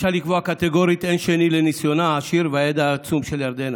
אפשר לקבוע קטגורית: אין שני לניסיון העשיר ולידע העצום של ירדנה,